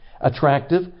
attractive